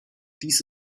dies